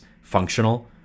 functional